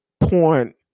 point